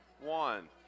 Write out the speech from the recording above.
One